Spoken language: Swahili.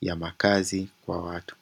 ya makazi kwa watu.